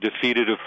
defeated